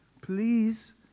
Please